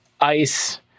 ICE